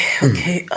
okay